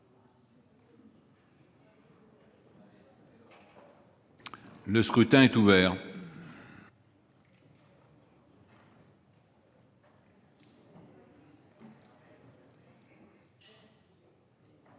Le scrutin est ouvert.